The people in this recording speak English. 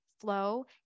flow